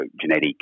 genetic